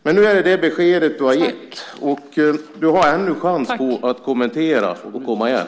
Men nu är det det besked du ger, och du har ännu chans att kommentera och komma igen.